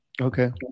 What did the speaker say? okay